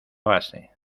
base